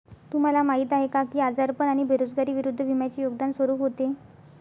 तुम्हाला माहीत आहे का की आजारपण आणि बेरोजगारी विरुद्ध विम्याचे योगदान स्वरूप होते?